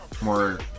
More